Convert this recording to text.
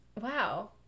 wow